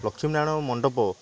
Lakshminarayan Mandap